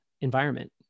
environment